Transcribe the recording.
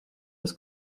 das